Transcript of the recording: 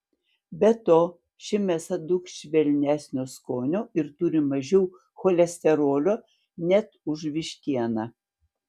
be to ši mėsa daug švelnesnio skonio ir turi mažiau cholesterolio net už vištieną